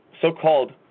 so-called